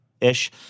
ish